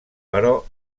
però